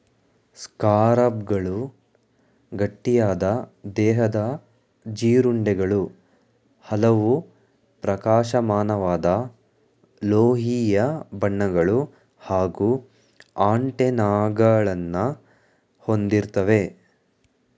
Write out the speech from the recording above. ಸ್ಕಾರಬ್ಗಳು ಗಟ್ಟಿಯಾದ ದೇಹದ ಜೀರುಂಡೆಗಳು ಹಲವು ಪ್ರಕಾಶಮಾನವಾದ ಲೋಹೀಯ ಬಣ್ಣಗಳು ಹಾಗೂ ಆಂಟೆನಾಗಳನ್ನ ಹೊಂದಿರ್ತವೆ